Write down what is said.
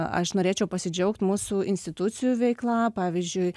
aš norėčiau pasidžiaugt mūsų institucijų veikla pavyzdžiui